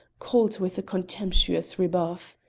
cold with a contemptuous rebuff.